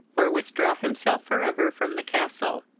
or withdraw himself for ever from the castle.